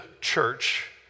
church